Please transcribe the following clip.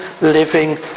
living